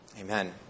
Amen